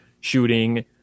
shooting